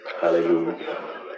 Hallelujah